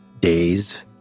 days